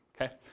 okay